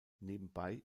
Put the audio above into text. nebenbei